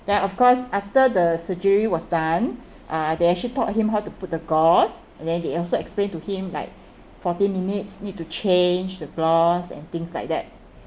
then of course after the surgery was done uh they actually taught him how to put the gauze and then they also explain to him like forty minutes need to change the gauze and things like that